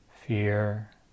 fear